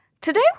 today